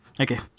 Okay